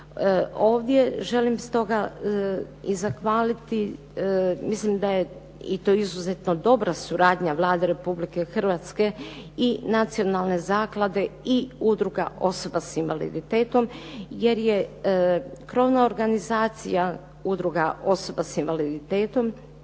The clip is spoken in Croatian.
Ovdje želim stoga i zahvaliti, mislim da je i to izuzetno dobra suradnja Vlade Republike Hrvatske i nacionalne zaklade i udruga osoba s invaliditetom jer je krovna organizacija udruga osoba s invaliditetom,